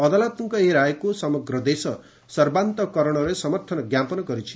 ଅଦାଲତଙ୍କ ଏହି ରାୟକୁ ସମଗ୍ର ଦେଶ ସର୍ବାନ୍ତକରଣରେ ସମର୍ଥନ ଜ୍ଞାପନ କରିଛି